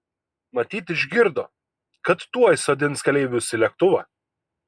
matyt išgirdo kad tuoj sodins keleivius į lėktuvą